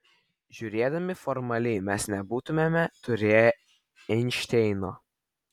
žiūrėdami formaliai mes nebūtumėme turėję einšteino